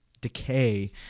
decay